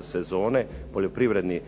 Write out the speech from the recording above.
sezone, Poljoprivredni